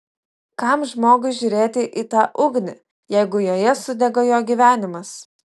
kam žmogui žiūrėti į tą ugnį jeigu joje sudega jo gyvenimas